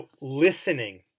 listening